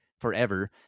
forever